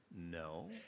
No